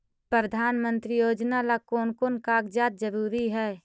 प्रधानमंत्री योजना ला कोन कोन कागजात जरूरी है?